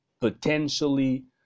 potentially